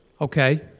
Okay